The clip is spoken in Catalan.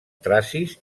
tracis